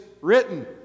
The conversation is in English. written